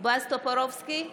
בועז טופורובסקי,